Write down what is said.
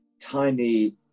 tiny